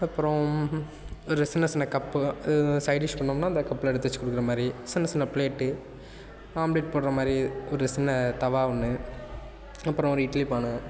அப்புறம் ஒரு சின்ன சின்ன கப்பு இது வந்து சைட் டிஷ் பண்ணோம்னால் அந்த கப்பில் எடுத்து வச்சு கொடுக்குற மாதிரி சின்ன சின்ன ப்ளேட்டு ஆம்லேட் போடுற மாதிரி ஒரு சின்ன தவா ஒன்று அப்புறம் ஒரு இட்லி பானை